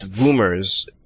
rumors